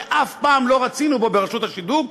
שאף פעם לא רצינו בו ברשות השידור,